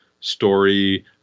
story